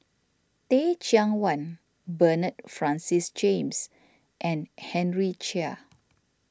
Teh Cheang Wan Bernard Francis James and Henry Chia